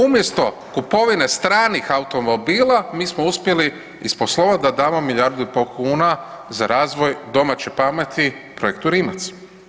Umjesto kupovine stranih automobila mi smo uspjeli isposlovati da damo milijardu i pol kuna za razvoj domaće pameti, projektu Rimac.